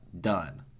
Done